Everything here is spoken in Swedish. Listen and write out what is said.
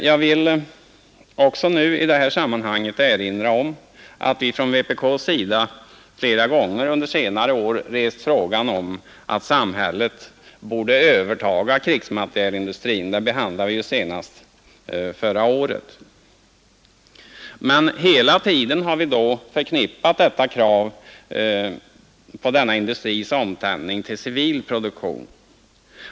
Jag vill också nu i det här sammanhanget erinra om att vi från vpk:s sida flera gånger under senare år rest frågan om att samhället borde överta krigsmaterielindustrin. Den frågan behandlade vi senast förra året. Men hela tiden har vi förknippat detta med krav på denna industris omställning till civil produktion.